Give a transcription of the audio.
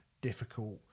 difficult